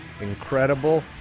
incredible